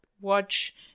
watch